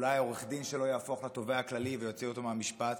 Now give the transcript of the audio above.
אולי עורך הדין שלו יהפוך לתובע הכללי ויוציא אותו מהמשפט.